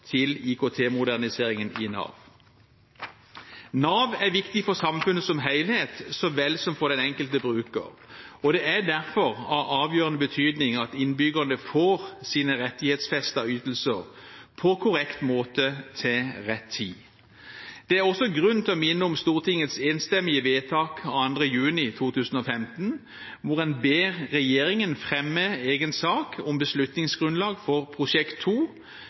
i Nav. Nav er viktig for samfunnet som helhet, så vel som for den enkelte bruker, og det er derfor av avgjørende betydning at innbyggerne får sine rettighetsfestede ytelser på korrekt måte til rett tid. Det er også grunn til å minne om Stortingets enstemmige vedtak av 2. juni 2015, hvor en ber regjeringen fremme egen sak om beslutningsgrunnlag for Prosjekt